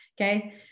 okay